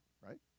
right